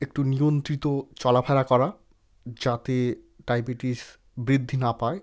একটু নিয়ন্ত্রিত চলা ফেরা করা যাতে ডায়বেটিস বৃদ্ধি না পায়